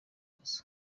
faso